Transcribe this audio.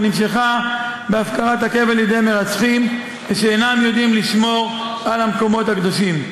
ונמשכה בהפקרת הקבר לידי מרצחים שאינם יודעים לשמור על המקומות הקדושים.